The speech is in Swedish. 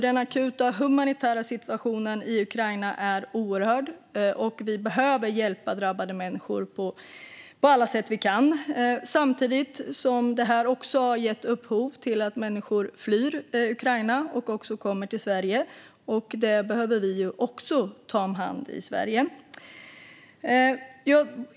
Den akuta humanitära situationen i Ukraina är oerhört svår, och vi behöver hjälpa drabbade människor på alla sätt vi kan. Samtidigt har det här gett upphov till att människor flyr Ukraina och kommer till Sverige. Det behöver vi också ta om hand i Sverige.